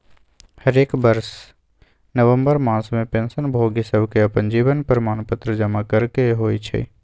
हरेक बरस नवंबर मास में पेंशन भोगि सभके अप्पन जीवन प्रमाण पत्र जमा करेके होइ छइ